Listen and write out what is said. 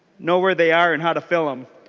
know where they are and how to fill them.